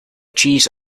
cheese